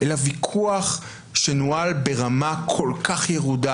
אלא ויכוח שנוהל ברמה כל כך ירודה,